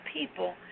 people